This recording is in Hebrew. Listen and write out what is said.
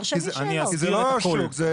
כי זה לא שוק, זה